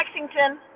lexington